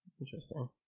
Interesting